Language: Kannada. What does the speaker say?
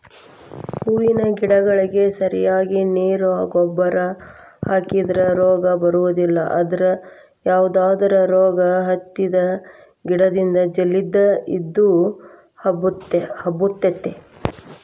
ಹೂವಿನ ಗಿಡಗಳಿಗೆ ಸರಿಯಾಗಿ ನೇರು ಗೊಬ್ಬರ ಹಾಕಿದ್ರ ರೋಗ ಬರೋದಿಲ್ಲ ಅದ್ರ ಯಾವದರ ರೋಗ ಹತ್ತಿದ ಗಿಡದಿಂದ ಜಲ್ದಿ ಇದು ಹಬ್ಬತೇತಿ